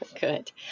Good